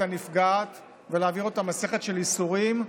הנפגעת ולהעביר אותה מסכת של ייסורים.